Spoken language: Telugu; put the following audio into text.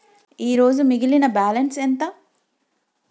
ఈరోజు మిగిలిన బ్యాలెన్స్ ఎంత?